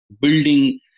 building